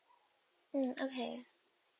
mm okay